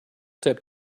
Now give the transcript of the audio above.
step